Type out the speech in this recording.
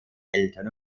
eltern